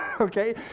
Okay